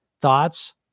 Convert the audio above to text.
thoughts